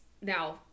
Now